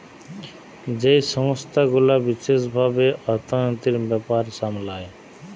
যেই সংস্থা গুলা বিশেষ ভাবে অর্থনীতির ব্যাপার সামলায়